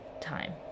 time